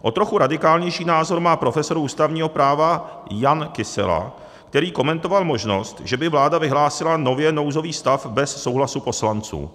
O trochu radikálnější názor má profesor ústavního práva Jan Kysela, který komentoval možnost, že by vláda vyhlásila nově nouzový stav bez souhlasu poslanců.